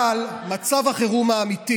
אבל מצב החירום האמיתי